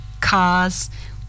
cars